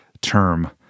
term